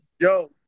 Yo